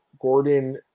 Gordon